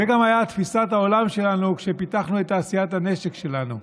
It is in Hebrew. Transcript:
זאת גם הייתה תפיסת העולם שלנו כשפיתחנו את תעשיית הנשק שלנו.